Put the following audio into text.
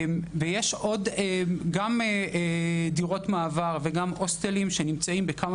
יש גם דירות מעבר והוסטלים שנמצאים בכמה